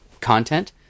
content